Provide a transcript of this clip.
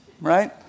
right